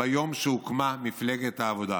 ביום שהוקמה מפלגת העבודה.